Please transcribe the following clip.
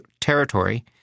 territory